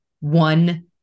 one